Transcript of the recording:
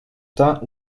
tint